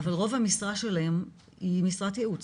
אבל רוב המשרה שלהן היא משרת ייעוץ.